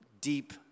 deep